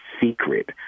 secret